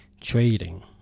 Trading